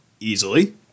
Easily